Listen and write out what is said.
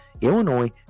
Illinois